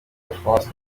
alphonse